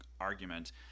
argument